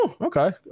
okay